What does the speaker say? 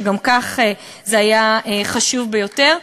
שגם כך זה היה חשוב ביותר.